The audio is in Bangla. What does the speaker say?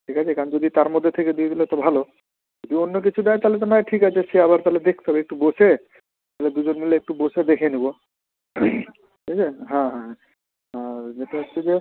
ঠিক আছে কারণ যদি তার মধ্যে থেকে দিয়ে দিলো তো ভালো যদি অন্য কিছু দেয় তাহলে তো নয় ঠিক আছে সে আবার তাহলে দেখতে হবে একটু বসে দুজন মিলে একটু বসে দেখে নেবো ওকে হ্যাঁ হ্যাঁ আর যেটা হচ্ছে যে